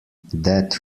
that